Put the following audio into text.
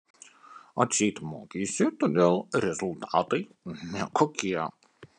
atseit mokeisi todėl rezultatai nekokie